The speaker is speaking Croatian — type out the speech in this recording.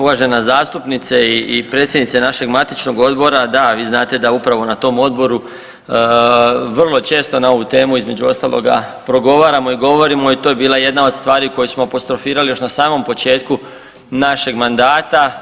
Uvažena zastupnice i predsjednice našeg matičnog odbora, da vi znate da upravo na tom odboru vrlo često na ovu temu između ostaloga progovaramo i govorimo i to je bila jedna od stvari koje smo apostrofirali još na samom početku našeg mandata.